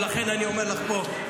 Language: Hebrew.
ולכן אני אומר לך פה,